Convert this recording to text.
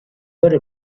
vero